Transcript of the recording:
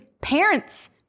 parents